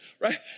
Right